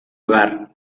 hogar